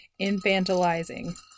infantilizing